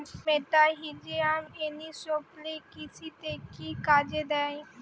মেটাহিজিয়াম anisopliae কৃষিতে কি কাজে দেয়?